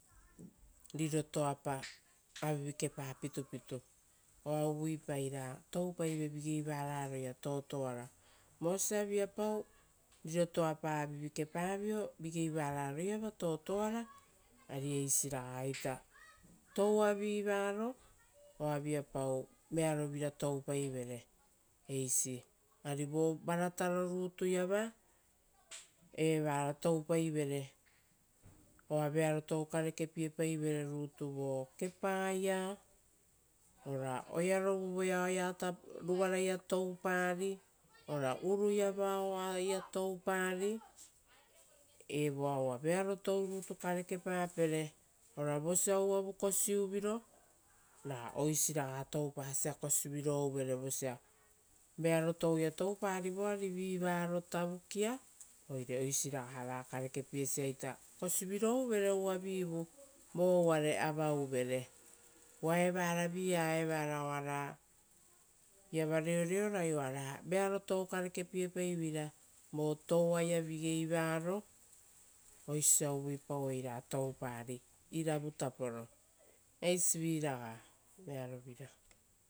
Rirotoapa avivikepa pitupitu, oa uvuipai ra toupaive vigei vararoia totoara. Vosia viapau rirotoapa avivikepavio vigei vararoiava totoara, arisiragaita toua oa vipau vearo vira toupaivere, eisi ari vo varato rutuiava eva toupaivere, oa vearotou karepiepaivere rutu vo kepaia ora oeravu voeao oea ruvaraia toupari ora uruia vao oaia toupari, evoa uva. Vearo tourutu karekepapere ora vosia uvavu kosiuviro ra oisiraga toupasia kosi virouvere vosia vear touia toupari voari vivaro tavukia. Oire oisiraga va karekepiesia kosiviro uvere uvavivu vo uvare avauvere. Uva evara vi-ia evara oaraiava reoreorai oara vearotou karekepiepaiveira vo touaia vigei varo, oisio osia uvuipau ra toupari iravutaporo. Eisiviraga.